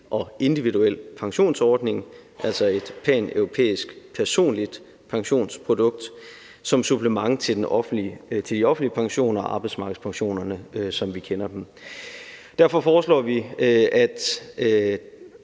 og individuel pensionsordning, altså et paneuropæisk personligt pensionsprodukt, som supplement til de offentlige pensioner og arbejdsmarkedspensionerne, som vi kender dem. Derfor bliver det